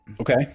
Okay